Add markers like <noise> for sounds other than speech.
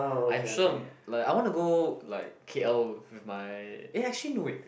I'm sure <noise> like I want to like K_L with my actually no wait